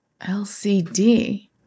LCD